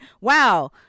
wow